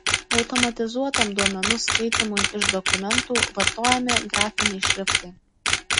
automatizuotam duomenų skaitymui iš dokumentų vartojami grafiniai šriftai